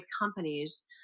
companies